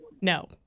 No